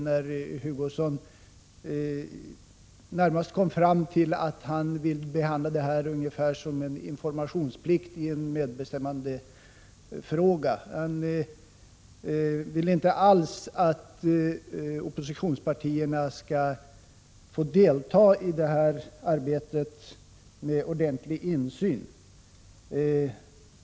Kurt Hugosson kom fram till att han närmast ville se det hela som en informationsplikt i en medbestämmandefråga. Han ville inte alls att oppositionspartierna skulle få delta i arbetet och få ordentlig insyn.